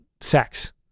sex